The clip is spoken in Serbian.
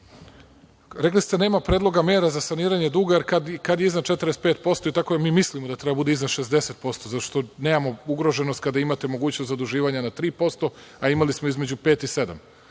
ste – nema predloga mera za saniranje duga, jer kad je iznad 45% i tako je, mi mislimo da treba da bude iznad 60%, zato što nemamo ugroženost kada imate mogućnost zaduživanja na 3%, a imali smo između pet i